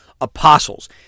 apostles